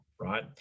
right